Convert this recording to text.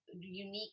unique